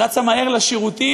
והיא רצה מהר לשירותים,